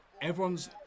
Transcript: everyone's